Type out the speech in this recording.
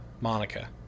Monica